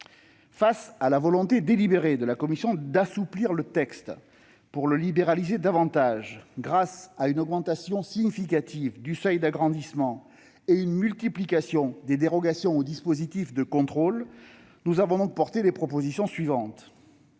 Face à la volonté délibérée de la commission d'assouplir le texte pour le libéraliser davantage grâce à une augmentation significative du seuil d'agrandissement et à une multiplication des dérogations au dispositif de contrôle, nous avons donc défendu les propositions suivantes.